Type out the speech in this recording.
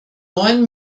neuen